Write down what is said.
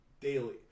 daily